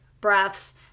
breaths